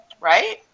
Right